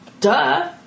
Duh